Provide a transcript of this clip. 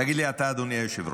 תגיד לי אתה, אדוני היושב-ראש,